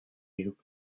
you